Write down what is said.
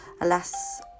Alas